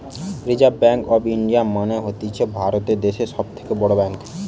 reserve bank of India মানে হতিছে ভারত দ্যাশের সব থেকে বড় ব্যাঙ্ক